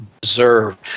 deserved